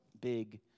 big